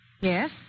Yes